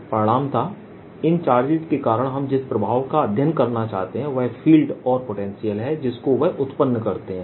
परिणामतः इन चार्जेस के कारण हम जिस प्रभाव का अध्ययन करना चाहते हैं वह फील्ड और पोटेंशियल है जिसको वह उत्पन्न करते हैं